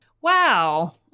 Wow